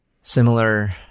Similar